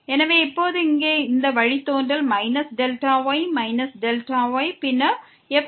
எனவே இப்போது இங்கே இந்த வழித்தோன்றல் −Δy −Δy பின்னர் fx00